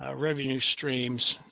ah revenue, streams,